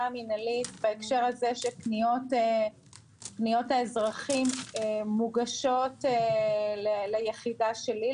המינהלית בהקשר הזה שפניות האזרחים מוגשות ליחידה שלי,